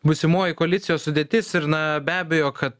būsimoji koalicijos sudėtis ir na be abejo kad